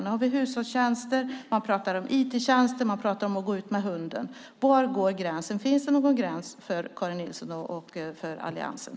Vi har hushållstjänster, och man talar om IT-tjänster och om att gå ut med hunden. Var går gränsen? Finns det någon gräns för Karin Nilsson och alliansen?